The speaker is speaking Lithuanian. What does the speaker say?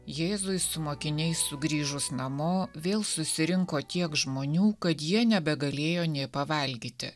jėzui su mokiniais sugrįžus namo vėl susirinko tiek žmonių kad jie nebegalėjo nė pavalgyti